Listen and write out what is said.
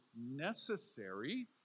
necessary